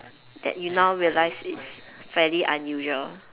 that you now realise it's fairly unusual